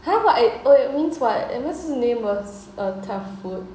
!huh! what i~ oh wait means what am I supposed to name a a tough food